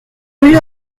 rue